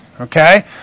Okay